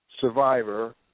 survivor